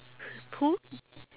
pull